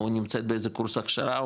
או נמצא באיזה קורס הכשרה,